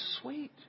sweet